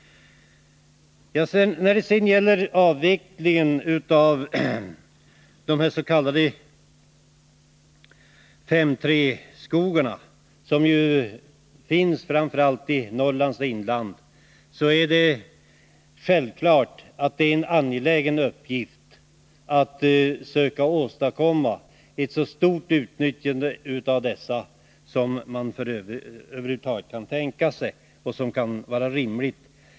När det sedan gäller avvecklingen av de s.k. 5:3-skogarna, som framför allt finns i Norrlands inland, är det självfallet en angelägen uppgift att söka åstadkomma ett så stort utnyttjande av dessa som man över huvud taget rimligen kan tänka sig.